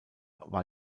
war